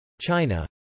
China